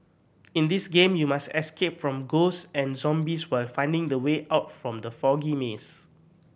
in this game you must escape from ghost and zombies while finding the way out from the foggy maze